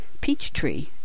Peachtree